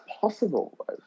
possible